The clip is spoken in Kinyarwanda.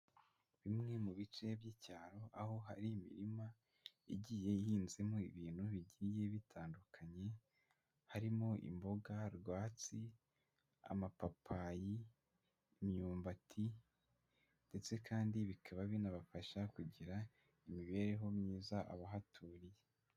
Bimwe mu bice by'icyaro aho hari imirima igiye ihinzemo ibintu bigiye bitandukanye, harimo imboga rwatsi, amapapayi, imyumbati ndetse kandi bikaba binabafasha kugira imibereho myiza abahaturiye.